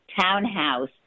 townhouse